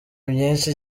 myinshi